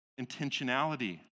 intentionality